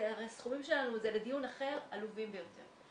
הרי הסכומים שלנו, זה בדיון אחר, עלובים ביותר.